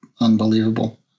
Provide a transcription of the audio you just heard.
unbelievable